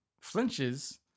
flinches